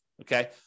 okay